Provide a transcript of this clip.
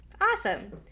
Awesome